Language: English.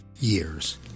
years